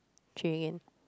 three